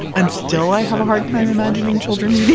and still i have a hard time imagining children eating